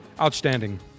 Outstanding